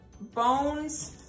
bones